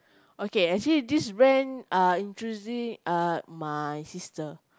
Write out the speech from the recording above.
okay actually this brand uh introduce uh my sister